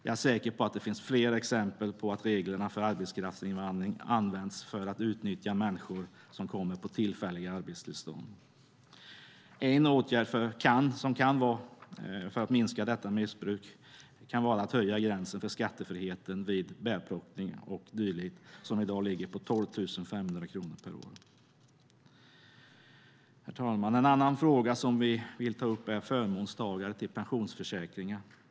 Jag är säker på att det finns flera exempel på att reglerna för arbetskraftsinvandring används för att utnyttja människor som kommer hit med tillfälliga arbetstillstånd. En åtgärd för att minska detta missbruk kan vara att höja gränsen för skattefriheten vid bärplockning och dylikt, som i dag ligger på 12 500 kronor per år. Herr talman! En annan fråga som vi vill ta upp gäller förmånstagare till pensionsförsäkringar.